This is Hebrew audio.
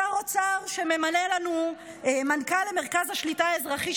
שר אוצר שממנה לנו מנכ"ל למרכז השליטה האזרחי,